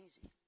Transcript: easy